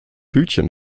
hütchen